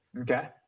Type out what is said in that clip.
Okay